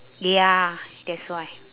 ya that's why